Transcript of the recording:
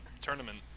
tournament